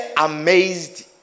amazed